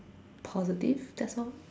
positive that's all